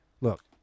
look